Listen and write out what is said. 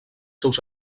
seus